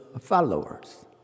followers